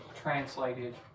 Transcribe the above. translated